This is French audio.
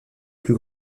plus